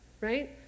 right